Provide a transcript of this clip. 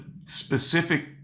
specific